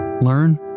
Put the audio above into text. learn